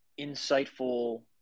insightful